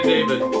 David